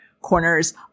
corners